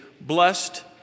blessed